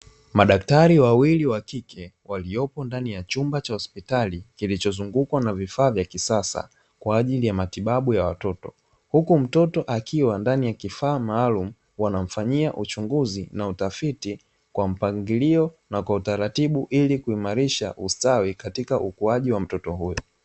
Madaktari wawili wa kike waliopo ndani ya chumba cha hospitali, kilichozungukwa na vifaa vya kisasa kwa ajili ya matibabu ya watoto. Huku mtoto akiwa ndani ya kifaa maalumu wanamfanyia uchunguzi na utafiti kwa mpangilio na kwa utaratibu, ili kuimarisha ustawi katika ukuaji wa mtoto huyo.